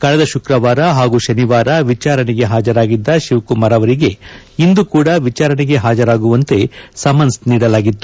ಕಳೆದ ಶುಕ್ರವಾರ ಹಾಗೂ ಶನಿವಾರ ವಿಚಾರಣೆಗೆ ಹಾಜರಾಗಿದ್ದ ಶಿವಕುಮಾರ್ ಅವರಿಗೆನ್ನು ಇಂದು ಕೂಡಾ ವಿಚಾರಣೆಗೆ ಹಾಜರಾಗುವಂತೆ ಸಮನ್ಸ್ ನೀಡಲಾಗಿತ್ತು